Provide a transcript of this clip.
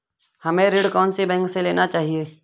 हमें ऋण कौन सी बैंक से लेना चाहिए?